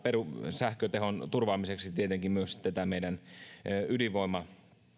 sähkötehon turvaamiseksi tietenkin tätä meidän